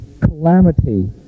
calamity